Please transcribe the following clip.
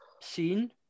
scene